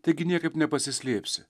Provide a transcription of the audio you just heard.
taigi niekaip nepasislėpsi